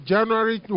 January